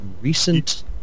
recent